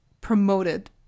promoted